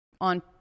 on